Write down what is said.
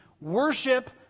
Worship